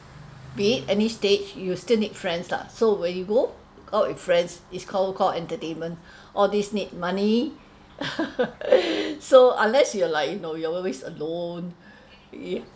be it any stage you still need friends lah so when you go out with friends is call call entertainment or these need money so unless you are like you know you are always alone yeah